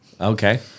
Okay